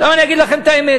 עכשיו אני אגיד לכם את האמת,